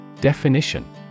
Definition